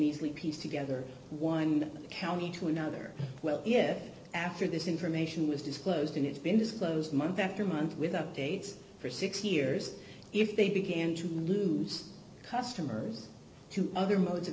easily piece together one county to another well yet after this information was disclosed and it's been disclosed month after month with updates for six years if they began to lose customers to other modes of